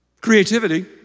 creativity